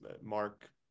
Mark